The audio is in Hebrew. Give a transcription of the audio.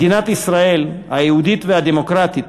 מדינת ישראל, היהודית והדמוקרטית,